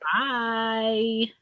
bye